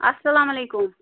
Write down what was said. اَلسلامُ علیکُم